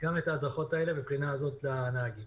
גם את ההדרכות האלה מבחינה זאת לנהגים.